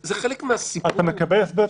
זה חלק מהסיפור --- אתה מקבל הסבר,